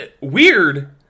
weird